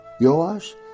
Yoash